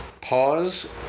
pause